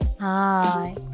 Hi